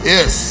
Yes